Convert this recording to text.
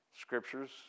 Scriptures